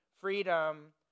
freedom